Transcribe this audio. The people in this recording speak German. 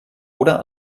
oder